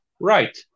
right